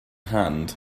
hand